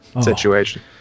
situation